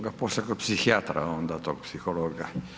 ga poslati kod psihijatra onda tog psihologa.